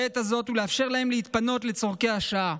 ולאפשר להם להתפנות לצורכי השעה,